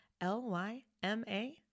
L-Y-M-A